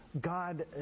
God